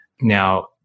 Now